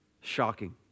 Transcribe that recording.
Shocking